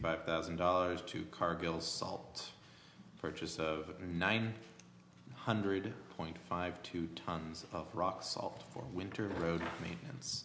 five thousand dollars to cargill salt purchase of nine hundred point five two tons of rock salt for winter road maintenance